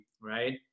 right